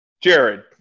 Jared